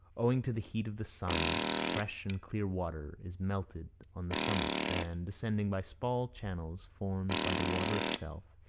owing to the heat of the sun, fresh and clear water is melted on the summits, and, descending by small channels formed by the water itself,